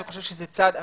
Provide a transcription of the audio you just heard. אני חושב שזה צעד אמיץ.